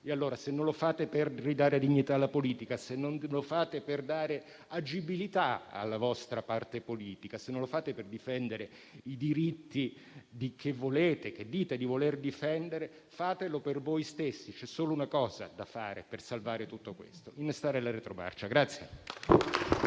Allora, se non lo fate per ridare dignità alla politica, se non lo fate per dare agibilità alla vostra parte politica, se non lo fate per difendere i diritti che dite di voler difendere, fatelo per voi stessi. C'è solo una cosa da fare per salvare tutto questo: innestare la retromarcia.